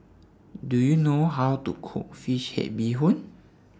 Do YOU know How to Cook Fish Head Bee Hoon